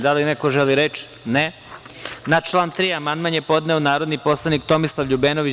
Da li neko želi reč? (Ne.) Na član 3. amandman je podneo narodni poslanik Tomislav LJubenović.